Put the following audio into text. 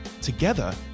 Together